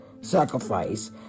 sacrifice